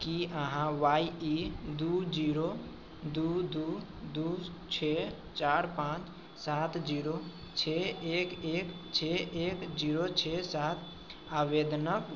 की अहाँ वाइ इ दू जीरो दू दू दू छओ चारि पाँच सात जीरो छओ एक एक छओ एक जीरो छओ सात आवेदनके